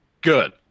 Good